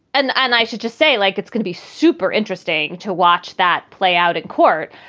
and and i should just say, like, it's gonna be super interesting to watch that play out in court,